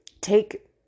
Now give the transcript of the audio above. take